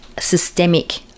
systemic